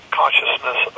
consciousness